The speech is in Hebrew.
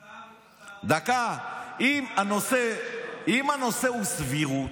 אתה הרי, דקה, אם הנושא הוא סבירות,